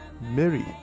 mary